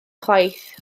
chwaith